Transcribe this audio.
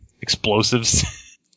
Explosives